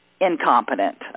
Incompetent